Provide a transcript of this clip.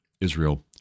Israel